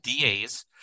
DAs